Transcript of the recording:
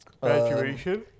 Graduation